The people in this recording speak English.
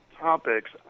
topics